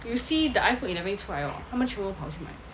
if you see the iphone eleven 一出来 orh 他们全部跑去买